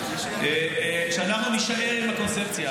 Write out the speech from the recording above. שאנחנו נישאר עם הקונספציה,